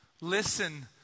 Listen